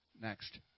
Next